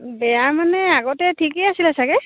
বেয়া মানে আগতে ঠিকেই আছিলে চাগে